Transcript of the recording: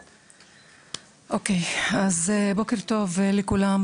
אוקיי אז בוקר טוב לכולם,